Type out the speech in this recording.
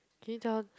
can you tell